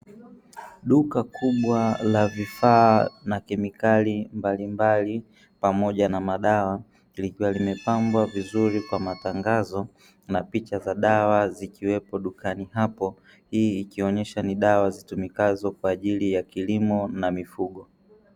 Duka kubwa la vifaa na kemikali mbalimbali pamoja na madawa likiwa limepambwa vizuri kwa matangazo na picha za dawa zikiwepo dukani hapo. Hii ikionyesha ni dawa zitumikazo kwa ajili ya kilimo na mifugo.